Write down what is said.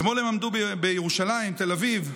אתמול הם עמדו בירושלים" בתל אביב,